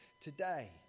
today